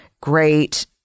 great